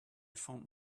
found